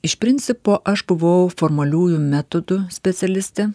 iš principo aš buvau formaliųjų metodų specialistė